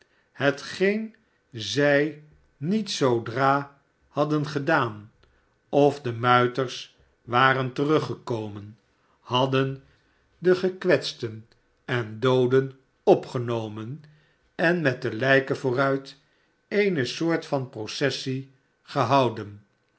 hetgeen zij niet zoodra hadden gedaan of de muiters waren teruggekomen hadden de gekwetsten en dooden opgenomen en met de lijken vooruit eene soort van processie gehouden